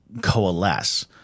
coalesce